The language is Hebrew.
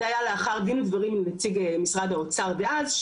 זה היה לאחר דין ודברים עם נציג משרד האוצר דאז,